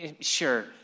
Sure